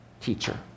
teacher